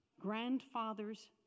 grandfathers